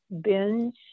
binge